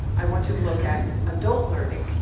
i want you to look at adult learning.